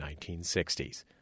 1960s